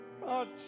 God